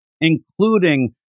including